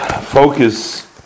focus